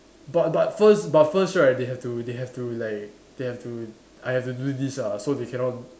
but but first but first right they have to they have to like they have to I have to do this lah so they cannot